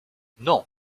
non